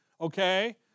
okay